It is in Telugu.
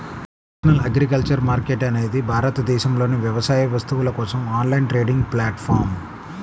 నేషనల్ అగ్రికల్చర్ మార్కెట్ అనేది భారతదేశంలోని వ్యవసాయ వస్తువుల కోసం ఆన్లైన్ ట్రేడింగ్ ప్లాట్ఫారమ్